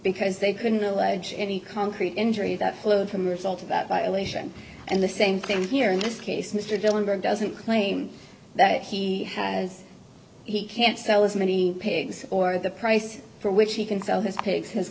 because they couldn't allege any concrete injuries that flowed from result of that violation and the same thing here in this case mr dylan doesn't claim that he has he can't sell as many pigs or that the price for which he can sell his pigs has